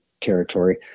territory